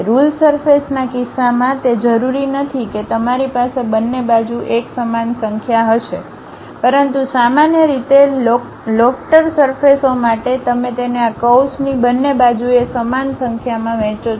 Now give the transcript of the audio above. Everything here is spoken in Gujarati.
રુલ સરફેસ ના કિસ્સામાં તે જરૂરી નથી કે તમારી પાસે બંને બાજુ એક સમાન સંખ્યા હશે પરંતુ સામાન્ય રીતે લોફ્ટર સરફેસ ઓ માટે તમે તેને આ કર્વ્સની બંને બાજુએ સમાન સંખ્યામાં વહેંચો છો